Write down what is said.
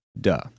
Duh